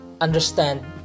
understand